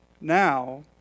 Now